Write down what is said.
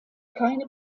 keine